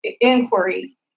inquiry